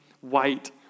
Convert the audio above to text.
white